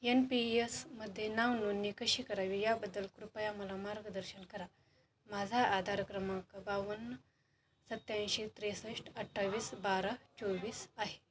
N P यसमध्ये नावनोंदणी कशी करावी याबद्दल कृपया मला मार्गदर्शन करा माझा आधार क्रमांक बावन्न सत्याऐंशी त्रेसष्ट अठ्ठावीस बारा चोवीस आहे